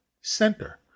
center